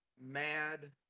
mad